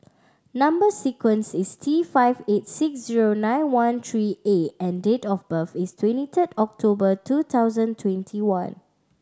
number sequence is T five eight six zero nine one three A and date of birth is twenty third October two thousand twenty one